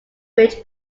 ridge